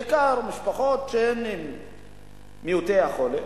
בעיקר ממשפחות שהן מעוטות יכולת.